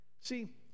See